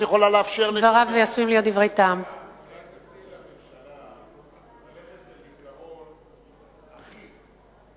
אולי תציעי לממשלה ללכת על עיקרון אחיד,